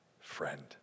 friend